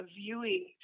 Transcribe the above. viewing